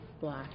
black